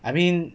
I mean